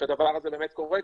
שהדבר הזה באמת קורה,